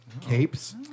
Capes